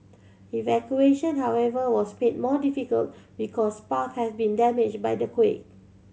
evacuation however was made more difficult because paths had been damaged by the quake